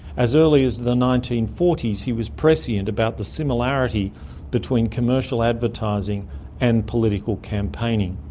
as early as the nineteen forty s he was prescient about the similarity between commercial advertising and political campaigning.